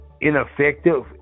ineffective